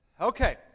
Okay